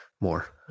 more